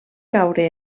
caure